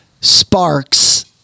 sparks